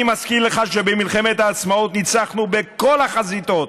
אני מזכיר לך שבמלחמת העצמאות ניצחנו בכל החזיתות